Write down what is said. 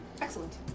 Excellent